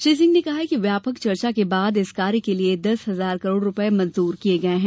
श्री सिंह ने कहा कि व्यापक चर्चा के बाद इस कार्य के लिए दस हजार करोड़ रुपये मंजूर किए गए हैं